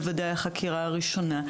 בוודאי החקירה הראשונה.